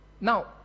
Now